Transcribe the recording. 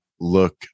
look